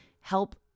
help